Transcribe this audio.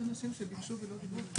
יש אנשים שביקשו ולא דיברו.